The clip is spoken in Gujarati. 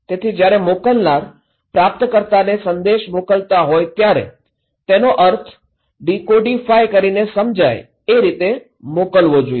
તેથી જ્યારે મોકલનાર પ્રાપ્તકર્તાને સંદેશ મોકલતા હોય ત્યારે તેનો અર્થ ડિકોડીફાય કરીને સમજાય એ રીતે મોકલવો જોઈએ